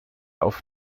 auf